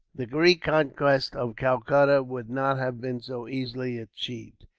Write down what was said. the reconquest of calcutta would not have been so easily achieved.